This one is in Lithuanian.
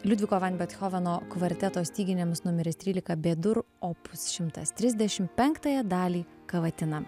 liudviko van bethoveno kvarteto styginiams numeris trylika b dur opus šimtas trisdešim penktąją dalį kavatina